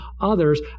others